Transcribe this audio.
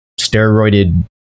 steroided